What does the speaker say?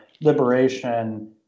liberation